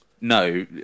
No